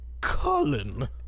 Colin